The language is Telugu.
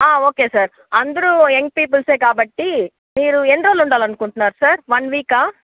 ఓకే సార్ అందరూ యంగ్ పీపుల్సే కాబట్టి మీరు ఎన్ని రోజులు ఉండాలనుకుంటున్నారు సార్ వన్ వీకా